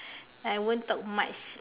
I won't talk much